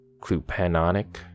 clupanonic